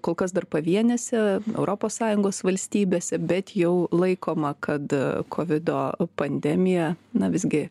kol kas dar pavienėse europos sąjungos valstybėse bet jau laikoma kad kovido pandemija na visgi